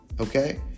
okay